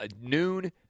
noon